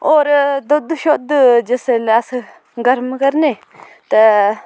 होर दुद्ध शुद्ध जिसलै अस गर्म करने ते